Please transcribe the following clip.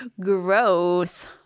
Gross